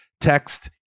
text